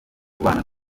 kubana